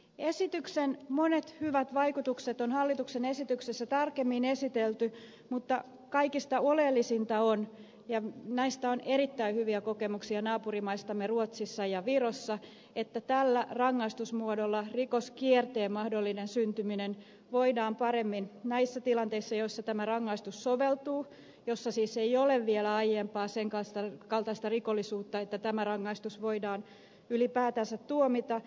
esityksen monet hyvät vaikutukset on hallituksen esityksessä tarkemmin esitelty mutta kaikista oleellisinta on ja näistä on erittäin hyviä kokemuksia naapurimaissamme ruotsissa ja virossa että tällä rangaistusmuodolla rikoskierteen mahdollinen syntyminen voidaan paremmin estää näissä tilanteissa joissa tämä rangaistus soveltuu joissa siis ei ole vielä aiempaa senkaltaista rikollisuutta että tämä rangaistus voidaan ylipäätänsä tuomita